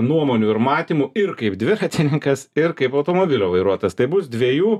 nuomonių ir matymų ir kaip dviratininkas ir kaip automobilio vairuotojas tai bus dviejų